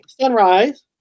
sunrise